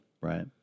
right